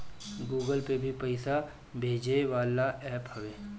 Google Pay भी पईसा भेजे वाला एप्प हवे